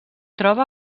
troba